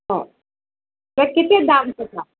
ହ ଏ କେତେ ଦାମ୍ ପଡ଼ିଥିଲା